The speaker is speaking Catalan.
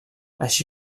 així